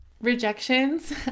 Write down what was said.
rejections